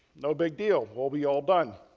no, big deal. we'll be all done.